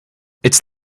its